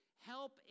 help